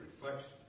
Reflection